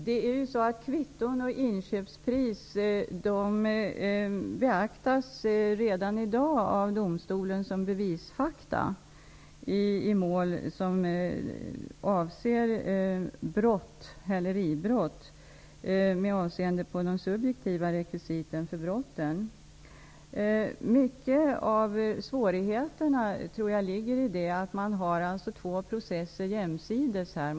Fru talman! Kvitton och inköpspris beaktas redan i dag av domstolen som bevisfakta med avseende på de subjektiva rekvisiten i mål som avser häleribrott. Jag tror att mycket av svårigheterna beror på att man har två processer som pågår jämsides.